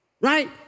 right